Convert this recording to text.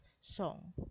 song